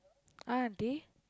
ah auntie